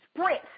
sprint